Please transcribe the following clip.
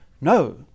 No